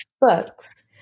books